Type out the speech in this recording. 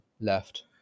left